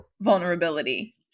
vulnerability